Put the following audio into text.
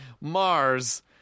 Mars